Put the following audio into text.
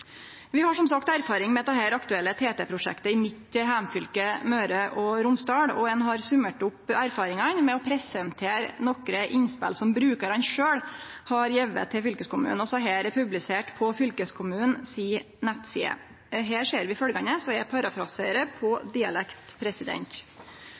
Vi har som sagt erfaring med dette aktuelle TT-prosjektet i mitt heimfylke, Møre og Romsdal, og ein har summert opp erfaringane med å presentere nokre innspel som brukarane sjølve har gjeve til fylkeskommunen, og desse er publiserte på fylkeskommunen si nettside. Her ser vi følgjande, og